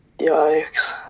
Yikes